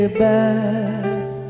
best